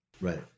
Right